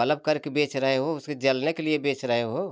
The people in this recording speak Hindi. बलब करके बेच रहे हो उसे जलने के लिए बेच रहे हो